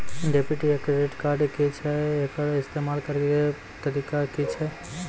Debit या credit card की छियै? एकर इस्तेमाल करैक तरीका की छियै?